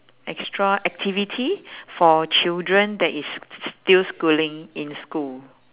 extra activity for children that is still schooling in school